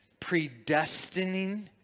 predestining